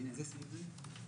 אלינה, איזה סעיף זה?